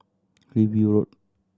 Hillview Road